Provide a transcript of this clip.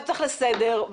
תמר, אני קוראת אותך לסדר.